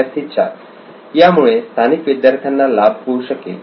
विद्यार्थी 4 यामुळे स्थानिक विद्यार्थ्यांना लाभ होऊ शकेल